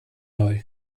neu